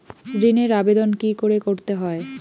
ঋণের আবেদন কি করে করতে হয়?